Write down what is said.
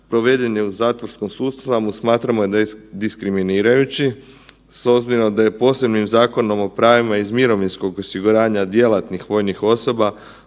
provedeni u zatvorskom sustavu, smatramo da je diskriminirajući, s obzirom da je posebnim Zakonom o pravima iz mirovinskog osiguranja djelatnih vojnih osoba,